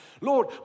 Lord